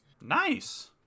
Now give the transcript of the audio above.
Nice